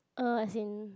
uh as in